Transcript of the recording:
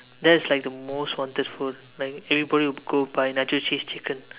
that is like the most wanted food like everybody will go buy nacho cheese chicken